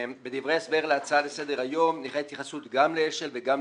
בדברי הסבר להצעה לסדר היום יש התייחסות גם לאש"ל גם לכיבודים.